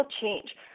change